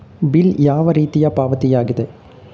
Bill ಯಾವ ರೀತಿಯ ಪಾವತಿಯಾಗಿದೆ?